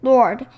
Lord